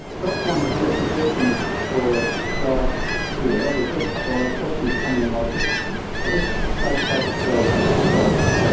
got one here is the distance for a start here we've got a couple of questions coming in love this i just take back the presenters rights